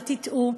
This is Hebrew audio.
אל תטעו,